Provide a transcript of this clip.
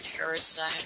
Arizona